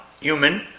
human